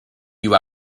you